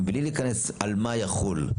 בלי להיכנס על מה יחול.